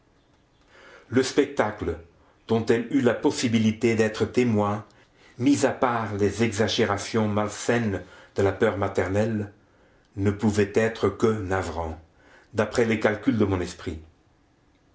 le spectacle dont elle eut la possibilité d'être témoin mises à part les exagérations malsaines de la peur maternelle ne pouvait être que navrant d'après les calculs de mon esprit